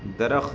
درخت